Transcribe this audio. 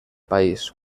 país